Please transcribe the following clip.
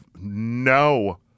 no